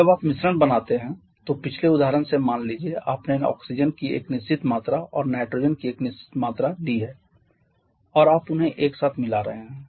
जब आप मिश्रण बनाते हैं तो पिछले उदाहरण से मान लीजिए आपने ऑक्सीजन की एक निश्चित मात्रा और नाइट्रोजन की निश्चित मात्रा ली है और आप उन्हें एक साथ मिला रहे हैं